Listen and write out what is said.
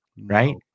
right